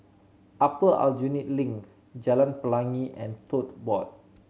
Upper Aljunied Link Jalan Pelangi and Tote Board